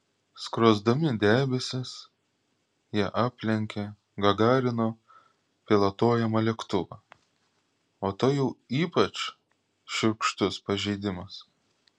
skrosdami debesis jie aplenkė gagarino pilotuojamą lėktuvą o tai jau ypač šiurkštus pažeidimas